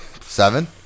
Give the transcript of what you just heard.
seven